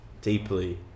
deeply